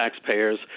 taxpayers